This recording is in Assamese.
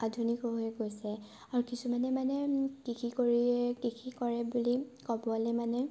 আধুনিক হৈ গৈছে আৰু কিছুমানে মানে কৃষি কৰিয়ে কৃষি কৰে বুলি ক'বলৈ মানে